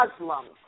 Muslims